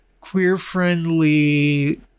queer-friendly